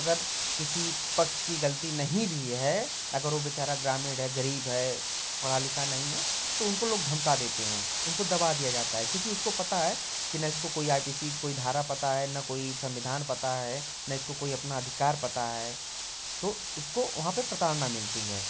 अगर किसी पक्ष की गलती नहीं भी है अगर वो बेचारा ग्रामीण है गरीब है पढ़ा लिखा नहीं है तो उनको लोग धमका देते हैं उनको दबा दिया जाता है क्योंकि उसको पता है की ना इसको कोई आई पी सी की कोई धारा पता है ना कोई संविधान पता है ना इसको कोई अपना अधिकार पता है तो उसको वहाँ पे प्रताड़ना मिलती है